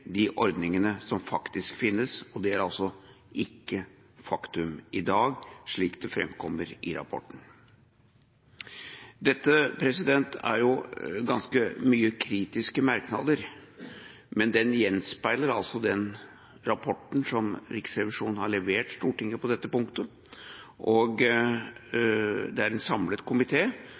de ordningene som faktisk finnes, og det er altså ikke faktum i dag, slik det framkommer i rapporten. Dette er jo ganske mange kritiske merknader, men det gjenspeiler altså den rapporten som Riksrevisjonen har levert Stortinget på dette punktet. Det er en samlet